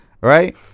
right